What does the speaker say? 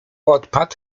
opadł